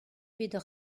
bet